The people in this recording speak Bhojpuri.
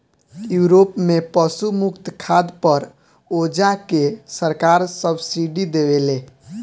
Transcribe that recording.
यूरोप में पशु मुक्त खाद पर ओजा के सरकार सब्सिडी देवेले